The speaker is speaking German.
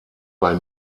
bei